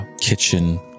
kitchen